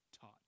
taught